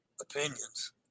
opinions